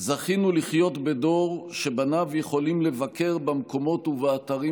זכינו לחיות בדור שבניו יכולים לבקר במקומות ובאתרים